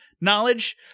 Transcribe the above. knowledge